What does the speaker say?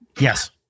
yes